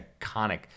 iconic